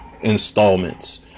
installments